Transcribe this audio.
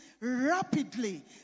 Rapidly